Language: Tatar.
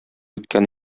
иткән